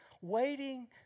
waiting